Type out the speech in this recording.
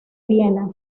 viena